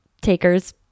takers